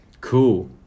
cool